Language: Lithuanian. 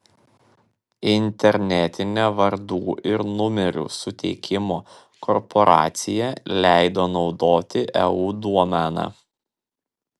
internetinė vardų ir numerių suteikimo korporacija leido naudoti eu domeną